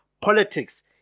politics